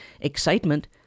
excitement